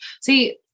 See